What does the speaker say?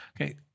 Okay